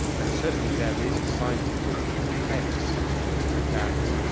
and certainly there is a scientific case that,